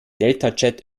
deltachat